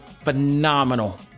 phenomenal